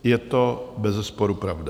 Je to bezesporu pravda.